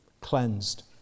cleansed